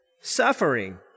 suffering